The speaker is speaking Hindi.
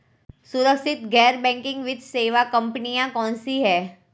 सुरक्षित गैर बैंकिंग वित्त सेवा कंपनियां कौनसी हैं?